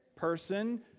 Person